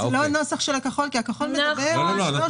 זה לא הנוסח של הכחול כי הכחול מדבר על 300